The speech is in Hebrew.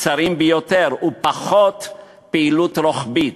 צרים ביותר, ופחות פעילות רוחבית.